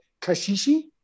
Kashishi